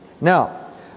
Now